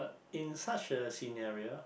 in such a scenario